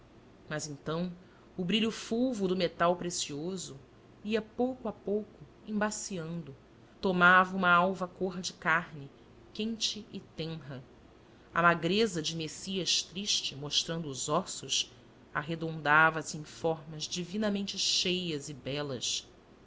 mas então o brilho fulvo do metal precioso ia pouco a pouco embaciando tomava uma alva cor de carne quente e tenra a magreza de messias triste mostrando os ossos arredondava se em formas divinamente cheias e belas